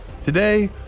Today